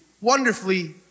wonderfully